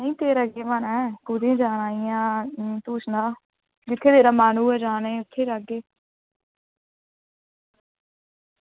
नेईं तेरा केह् मन ऐ कुत्थें जाना इ'यां तूं सनाऽ जित्थें तेरा मन होऐ जाने गी उत्थें जाह्गे